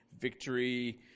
Victory